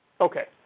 Okay